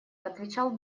отвечал